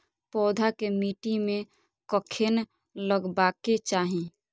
पौधा के मिट्टी में कखेन लगबाके चाहि?